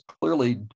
clearly